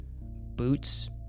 Boots